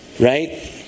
Right